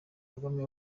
kagame